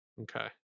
Okay